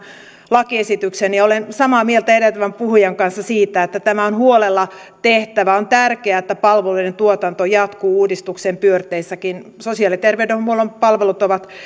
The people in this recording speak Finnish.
lakiesityksen olen samaa mieltä edeltävän puhujan kanssa siitä että tämä on huolella tehtävä on tärkeää että palveluiden tuotanto jatkuu uudistuksen pyörteissäkin sosiaali ja terveydenhuollon palvelut ovat